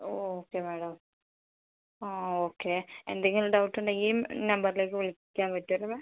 okay madam ആ okay എന്തെങ്കിലും doubt ഉണ്ടെങ്കിൽ ഈ നമ്പറിലേക്ക് വിളിക്കാൻ പറ്റുമോ ഇവിടെ